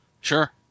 Sure